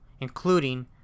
including